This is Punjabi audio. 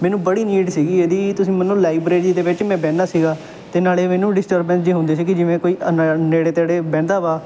ਮੈਨੂੰ ਬੜੀ ਨੀਡ ਸੀਗੀ ਇਹਦੀ ਤੁਸੀਂ ਮੰਨੋ ਲਾਇਬ੍ਰੇਰੀ ਦੇ ਵਿੱਚ ਮੈਂ ਬਹਿੰਦਾ ਸੀਗਾ ਅਤੇ ਨਾਲੇ ਮੈਨੂੰ ਡਿਸਟਰਬੈਂਸ ਜਿਹੀ ਹੁੰਦੇ ਸੀ ਜਿਵੇਂ ਕੋਈ ਨੇੜੇ ਤੇੜੇ ਬਹਿੰਦਾ ਵਾ